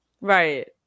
Right